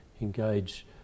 engage